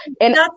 And-